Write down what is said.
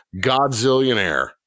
Godzillionaire